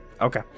Okay